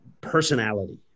personality